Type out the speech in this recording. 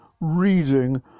reading